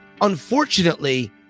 unfortunately